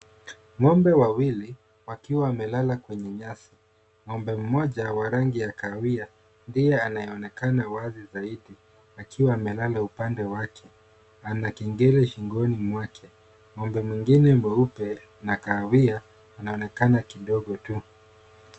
Ng'ombe wawili wakiwa wamelala kwenye nyasi. Ng'ombe mmoja wa rangi ya kahawia ndiye anaye anekana wazi zaidi akiwa amelala upande wake. Ana kengele shingoni mwake. Ng'ombe mwingine mweupe na kahawia anaonekana kidogo tu.